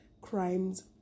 crimes